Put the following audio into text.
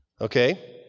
Okay